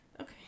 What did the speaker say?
Okay